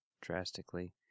drastically